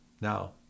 Now